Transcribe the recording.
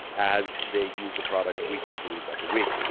as they used the product week, after week, after week.